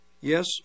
Yes